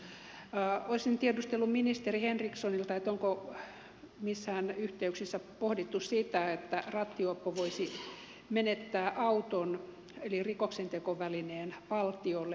olisin tiedustellut ministeri henrikssonilta onko missään yhteyksissä pohdittu sitä että rattijuoppo voisi menettää auton eli rikoksentekovälineen valtiolle